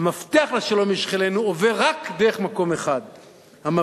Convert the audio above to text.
המפתח לשלום עם שכנינו עובר רק דרך מקום אחד המפתח